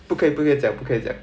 不可以不可以讲不可以讲